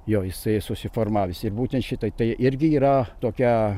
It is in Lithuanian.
jo jisai susiformavęs ir būtent šitai tai irgi yra tokia